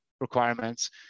requirements